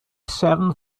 seven